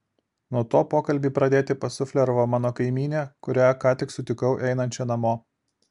nuo to pokalbį pradėti pasufleravo mano kaimynė kurią ką tik sutikau einančią namo